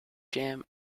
jam